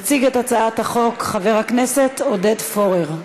יציג את הצעת החוק חבר הכנסת עודד פורר.